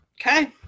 okay